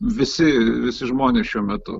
visi visi žmonės šiuo metu